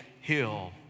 hill